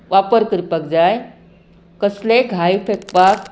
वापर करपाक जाय कसलेय घाय पेकपाक